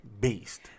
Beast